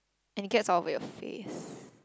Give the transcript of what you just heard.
and it gets all over your face